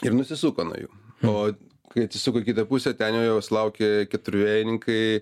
ir nusisuko nuo jų o kai atsisuko į kitą pusę ten jau jos laukė keturvėjininkai